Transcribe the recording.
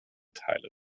teile